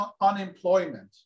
unemployment